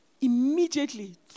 Immediately